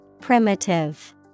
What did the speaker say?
Primitive